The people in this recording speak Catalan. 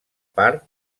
part